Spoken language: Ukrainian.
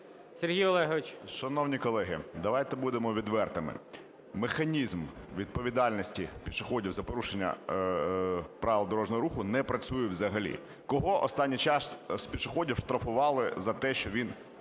Шановні колеги, давайте будемо відвертими, механізм відповідальності пішоходів за порушення правил дорожнього руху не працює взагалі. Кого останній час з пішоходів штрафували за те, що він порушує